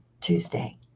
Tuesday